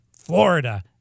Florida